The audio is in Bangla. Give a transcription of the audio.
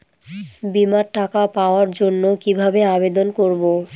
বিমার টাকা পাওয়ার জন্য কিভাবে আবেদন করব?